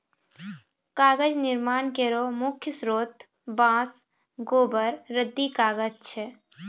कागज निर्माण केरो मुख्य स्रोत बांस, गोबर, रद्दी कागज छै